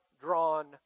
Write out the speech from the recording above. drawn